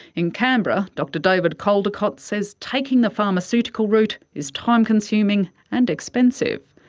in canberra, dr david caldicott says taking the pharmaceutical route is time consuming and expensive.